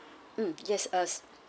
mm yes uh